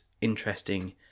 interesting